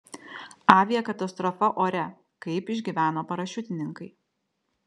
aviakatastrofa ore kaip išgyveno parašiutininkai